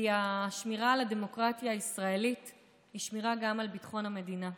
כי השמירה על הדמוקרטיה הישראלית היא שמירה גם על ביטחון המדינה.